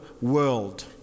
world